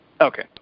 Okay